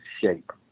shape